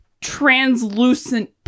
translucent